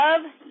love